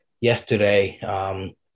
yesterday